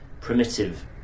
primitive